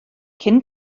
cyn